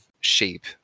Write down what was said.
shape